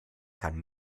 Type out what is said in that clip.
kann